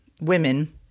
women